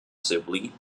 sibley